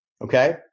okay